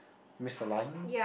misalign